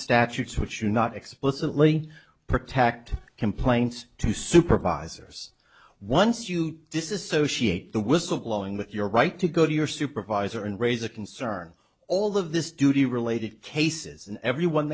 statutes which you not explicitly protect complains to supervisors once you disassociate the whistleblowing with your right to go to your supervisor and raise a concern all of this duty related cases and everyone